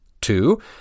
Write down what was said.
Two